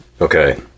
Okay